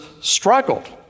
struggled